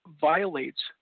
violates